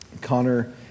Connor